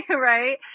Right